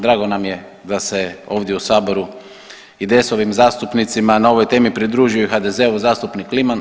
Drago nam je da se ovdje u Saboru IDS-ovim zastupnicima na ovoj temi pridružuje i HDZ-ov zastupnik Kliman.